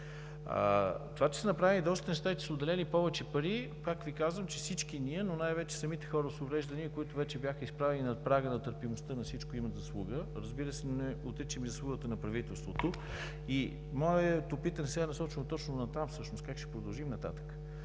Това, че са направени доста неща и че са отделени повече пари – повтарям, всички ние, но най-вече самите хора с увреждания, които вече бяха изправени на прага на търпимостта на всичко, имат заслуга. Разбира се, не отричам и заслугата на правителството. Моето питане сега е насочено точно натам всъщност: как ще продължим нататък?